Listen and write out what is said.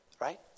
Right